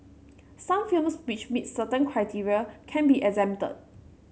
some films which meet certain criteria can be exempted